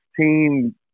team